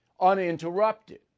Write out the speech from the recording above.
uninterrupted